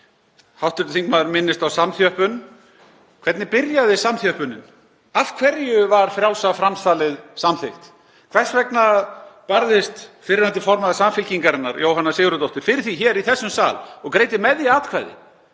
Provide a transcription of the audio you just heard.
Hv. þingmaður minnist á samþjöppun. Hvernig byrjaði samþjöppunin? Af hverju var frjálsa framsalið samþykkt? Hvers vegna barðist fyrrverandi formaður Samfylkingarinnar, Jóhanna Sigurðardóttir, fyrir því hér í þessum sal og greiddi með því atkvæði